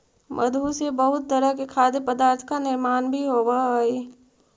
मधु से बहुत तरह के खाद्य पदार्थ का निर्माण भी होवअ हई